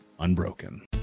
unbroken